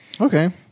Okay